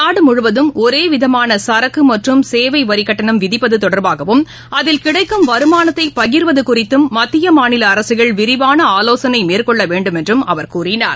நாடு முழுவதும் ஒரே விதமான சர்க்கு மற்றும் சேவை வரி கட்டணம் விதிப்பது தொடர்பாகவும் அதில் கிடைக்கும் வருமானத்தைப் பகிர்வது குறித்தும் மத்திய மாநில அரசுகள் விரிவான ஆலோசனை மேற்கொள்ள வேண்டும் என்று அவர் கூறினார்